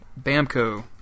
Bamco